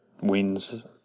wins